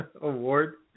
Award